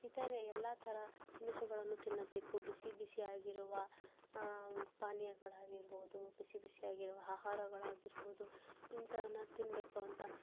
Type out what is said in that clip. ಇತರೆ ಎಲ್ಲ ಥರ ತಿನಿಸುಗಳನ್ನು ತಿನ್ನಬೇಕು ಬಿಸಿ ಬಿಸಿಯಾಗಿರುವ ಪಾನೀಯಗಳಾಗಿರ್ಬೋದು ಬಿಸಿ ಬಿಸಿಯಾಗಿರುವ ಆಹಾರಗಳಾಗಿರ್ಬೋದು ಇಂಥವನ್ನು ತಿನ್ನಬೇಕು ಅಂತ